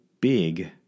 big